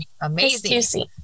amazing